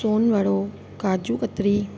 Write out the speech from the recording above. सोन वड़ो काजू कतरी